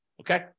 okay